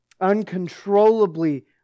uncontrollably